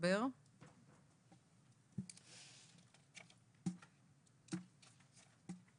תודה רבה לכבוד יושבת הראש.